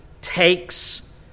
takes